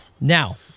Now